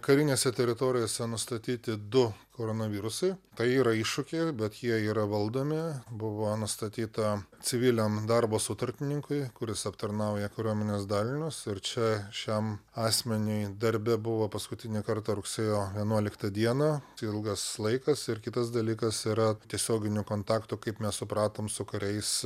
karinėse teritorijose nustatyti du koronavirusai tai yra iššūkiai bet jie yra valdomi buvo nustatyta civiliam darbo sutartininkui kuris aptarnauja kariuomenės dalinius ir čia šiam asmeniui darbe buvo paskutinį kartą rugsėjo vienuoliktą dieną tai ilgas laikas ir kitas dalykas yra tiesioginių kontaktų kaip mes supratom su kariais